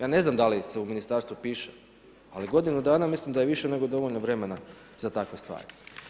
Ja ne znam da li se u ministarstvu piše, ali godinu dana mislim da je i više nego dovoljno vremena za takve stvari.